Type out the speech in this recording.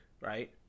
right